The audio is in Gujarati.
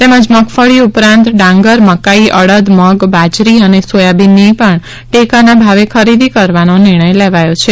તેમજ મગફળી ઉપરાંત ડાંગર મકાઇ અડદ મગ બાજરી અને સોયાબીનની પણ ટેકાના ભાવે ખરીદી કરવાનો નિર્ણય લેવાયેલ છે